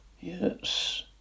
Yes